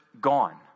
gone